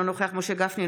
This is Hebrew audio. אינו נוכח משה גפני,